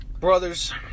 Brothers